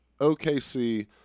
OKC